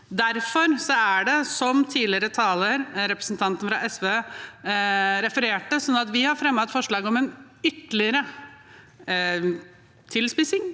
Derfor har vi, som forrige taler, representanten fra SV, refererte til, fremmet et forslag om en ytterligere «tilspissing»